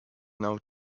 now